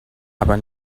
aber